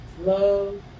love